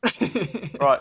Right